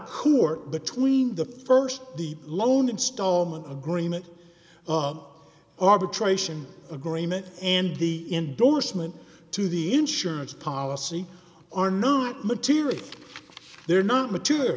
or between the st the lone installment agreement arbitration agreement and the endorsement to the insurance policy are not material they're not mature